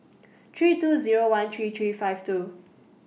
three two Zero one three three five two